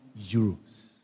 euros